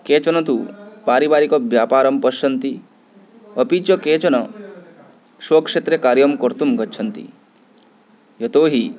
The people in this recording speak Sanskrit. केचन तु पारिवारिकव्यापारं पश्यन्ति अपि च केचन स्वक्षेत्रे कार्यं कर्तुं गच्छन्ति यतोहि